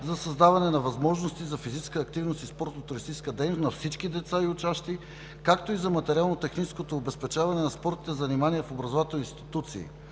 за създаване на възможности за физическа активност и спортно-туристическа дейност на всички деца и учащи, както и за материално-техническото обезпечаване на спортните занимания в образователните институции.“